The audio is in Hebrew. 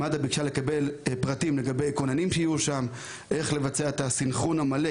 מד"א ביקשה לקבל פרטים לגבי כוננים שיהיו שם ואיך לבצע את הסנכרון המלא,